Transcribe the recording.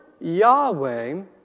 Yahweh